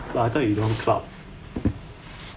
but I thought you don't club